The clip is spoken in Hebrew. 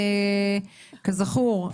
כזכור,